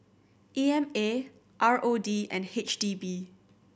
E M A R O D and H D B